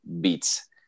Beats